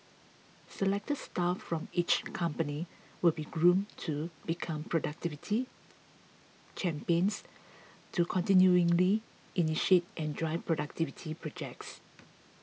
selected staff from each company will be groomed to become productivity champions to continually initiate and drive productivity projects